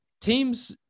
Teams